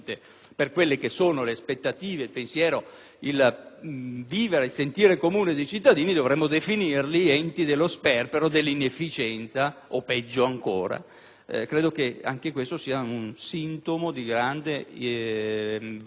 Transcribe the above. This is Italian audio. il vivere ed il sentire comune dei cittadini, dovremmo definirli enti dello sperpero, dell'inefficienza o peggio ancora: credo che anche questo sia un sintomo di grande voglia di equità; un'equità che